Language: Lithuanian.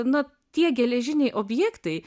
na tie geležiniai objektai